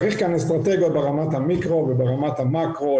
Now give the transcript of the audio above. צריך גם אסטרטגיות ברמת המיקרו וברמת המקרו,